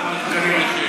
אז אמרתי.